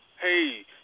hey